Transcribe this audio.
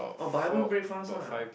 oh but haven't break fast ah